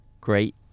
great